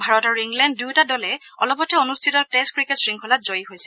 ভাৰত আৰু ইংলেণ্ড দুয়োটা দলে অলপতে অনুষ্ঠিত টেষ্ট ক্ৰিকেট শংখলাত জয়ী হৈছে